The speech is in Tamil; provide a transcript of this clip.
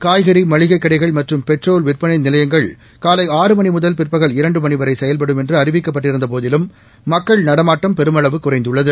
காய்கறி மளிகை கடைகள் மற்றும் பெட்ரோல் விற்பனை நிலையங்கள் காலை ஆறு மணி முதல் பிற்பகல் இரண்டு மணி வரை செயல்படும் என்று அறிவிக்கப்பட்டிருந்த போதிலும் மக்கள் நடமாட்டம் பெருமளவு குறைந்துள்ளது